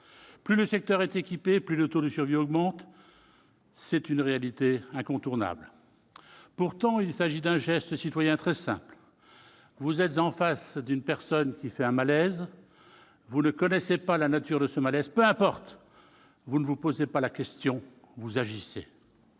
Plus le secteur est équipé, plus le taux de survie augmente. C'est une réalité incontournable. Pourtant, il s'agit d'un geste citoyen très simple. Vous êtes en face d'une personne qui fait un malaise. Vous ne connaissez pas la nature de ce malaise. Peu importe, vous ne vous posez pas la question. Vous agissez.